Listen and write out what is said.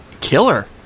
killer